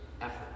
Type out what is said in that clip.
effort